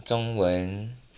中文